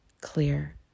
clear